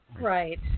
Right